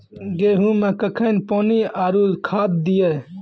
गेहूँ मे कखेन पानी आरु खाद दिये?